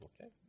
Okay